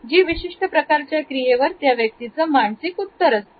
जी विशिष्ट प्रकारच्या क्रियेवर त्या व्यक्तीचं मानसिक उत्तर असते